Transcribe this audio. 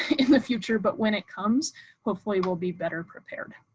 in the future, but when it comes hopefully we'll be better prepared.